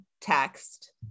text